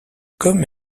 comme